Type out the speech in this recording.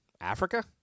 Africa